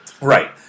Right